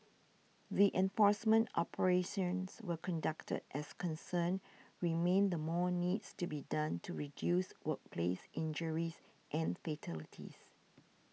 the enforcement operations were conducted as concerns remain the more needs to be done to reduce workplace injuries and fatalities